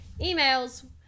emails